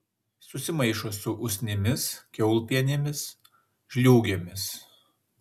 susimaišo su usnimis kiaulpienėmis žliūgėmis